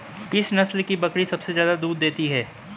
किस नस्ल की बकरी सबसे ज्यादा दूध देती है?